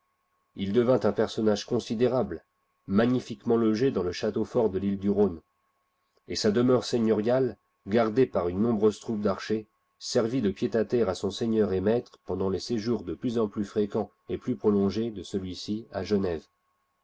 il devint un personnage considérable magnifiquement logé dans le châteaufort de file du rhône et sa demeure seigneuriale gardée par une nombreuse troupe d'archers servit de pied-à-terre à son seigneur et maître pendant les digitized by google séjours de plus en plus fréquents et plus prolongés de celui-ci à genève